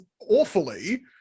awfully